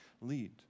lead